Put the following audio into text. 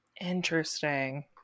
interesting